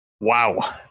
wow